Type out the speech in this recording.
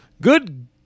Good